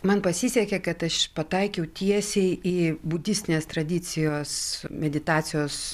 man pasisekė kad aš pataikiau tiesiai į budistinės tradicijos meditacijos